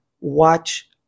watch